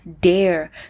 dare